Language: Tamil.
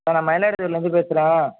சார் நான் மயிலாடுதுறைலேருந்து பேசுறேன்